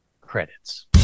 Credits